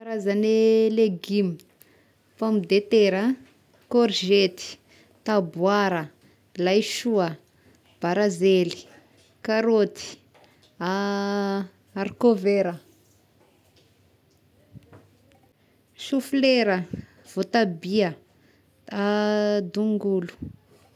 Karazagne legioma: pomme de terre ah, kôrzety, taboara, laisoa, barazely, karoty, harikovera, soflera, voatabia, dongolo.